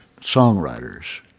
songwriters